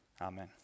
Amen